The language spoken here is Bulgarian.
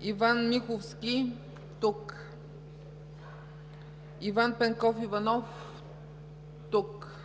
Иван Николов Миховски- тук Иван Пенков Иванов- тук